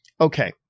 Okay